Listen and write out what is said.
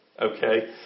Okay